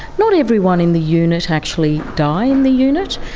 not everyone in the unit actually die in the unit.